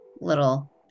little